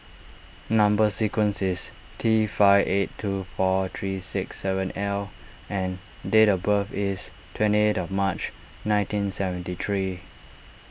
Number Sequence is T five eight two four three six seven L and date of birth is twenty eighth of March nineteen seventy three